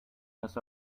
this